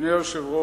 אדוני היושב-ראש,